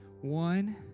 One